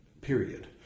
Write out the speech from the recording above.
period